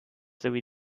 sowie